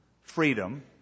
freedom